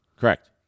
Correct